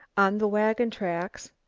on the wagon tracks,